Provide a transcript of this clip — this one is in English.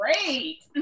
Great